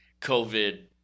COVID